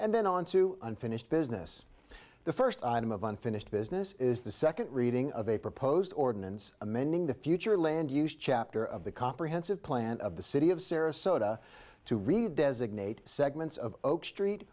and then on to unfinished business the first item of unfinished business is the second reading of a proposed ordinance amending the future land use chapter of the comprehensive plan of the city of sarasota to read designate segments of oak street